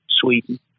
Sweden